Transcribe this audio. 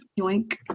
yoink